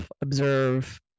observe